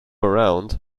around